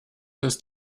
ist